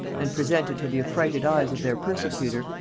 and presented to the affrighted eyes of their persecutor,